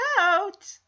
out